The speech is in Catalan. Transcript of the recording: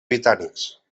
britànics